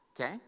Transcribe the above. okay